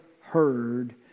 heard